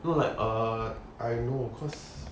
no like err I know cause